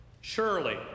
Surely